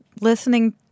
listening